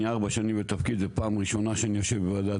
אני ארבע שנים בתפקיד ופעם ראשונה שאני יושב בוועדת